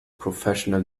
professional